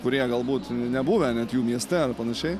kurie galbūt nebuvę net jų mieste ar panašiai